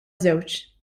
żewġ